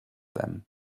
them